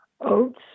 oats